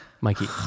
Mikey